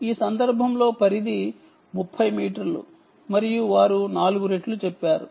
ఈ సందర్భంలో పరిధి 30 మీటర్లు మరియు వారు 4 రెట్లు చెప్పారు